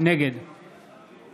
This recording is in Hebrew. נגד